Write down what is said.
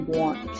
want